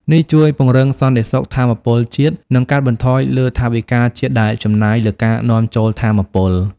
នេះជួយពង្រឹងសន្តិសុខថាមពលជាតិ និងកាត់បន្ថយលើថវិកាជាតិដែលចំណាយលើការនាំចូលថាមពល។